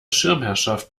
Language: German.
schirmherrschaft